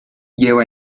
lleva